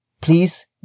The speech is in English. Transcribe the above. please